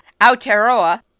Aotearoa